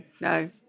no